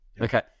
Okay